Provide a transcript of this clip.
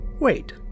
Wait